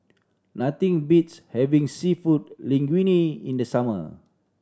nothing beats having Seafood Linguine in the summer